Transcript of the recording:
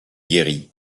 guérit